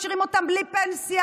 משאירים אותן בלי פנסיה,